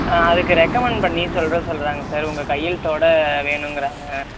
அதுக்கு ரெக்கமண்ட் பண்ணி சொல்ல சொல்கிறாங்க சார் உங்கள் கையெழுத்தோடு வேணும்ங்கிறாங்க